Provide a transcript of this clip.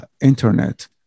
internet